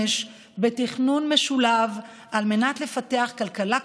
בתכנון משולב כדי לפתח "כלכלה כחולה"